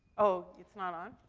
oh, it's not on?